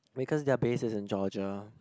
because their base is in Georgia